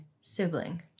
sibling